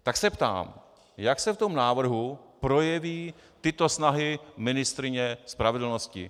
Tak se ptám jak se v tom návrhu projeví tyto snahy ministryně spravedlnosti?